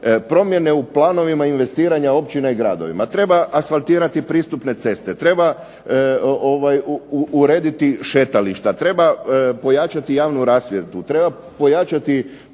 promjene u planovima investiranja općina i gradovima. Treba asfaltirati pristupne ceste, treba urediti šetališta, treba pojačati javnu rasvjetu, treba pojačati